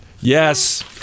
Yes